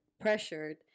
pressured